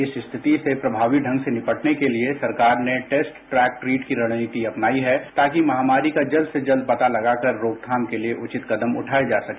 इस स्थिति से प्रमावी ढंग से निपटने के लिए सरकार ने टेस्ट ट्रेक ट्रीटकी रणनीति अपनाई है ताकि महामारी का जल्द से जल्द पता लगाकर रोकथाम के लिए उचित कदमउठाये जा सके